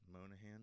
Monahan